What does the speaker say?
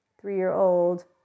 three-year-old